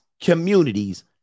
communities